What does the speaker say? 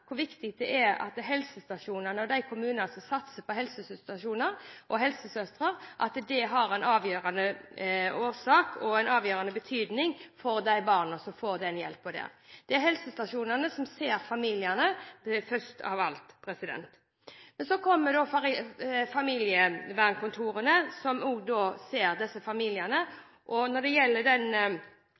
hvor viktig det er at kommuner satser på helsestasjoner og helsesøstre. Det har en avgjørende betydning for barna som får den hjelpen. Det er helsestasjonene som ser familiene først. Men så kommer familievernkontorene, som også ser disse familiene. Når det gjelder deres meklingsrolle, er det høyt kompetente folk som kan hjelpe disse familiene. Noen familier velger å gå til familievernkontor for å forebygge, og